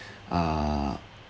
uh